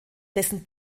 dessen